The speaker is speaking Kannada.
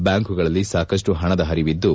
ಬ್ಯಾಂಕ್ ಗಳಲ್ಲಿ ಸಾಕಷ್ಟು ಪಣದ ಪರಿವಿದ್ದು